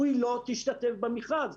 היא לא תשתתף במכרז.